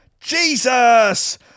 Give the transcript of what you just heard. Jesus